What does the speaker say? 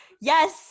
yes